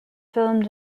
filmed